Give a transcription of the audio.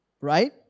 right